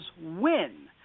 win